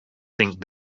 think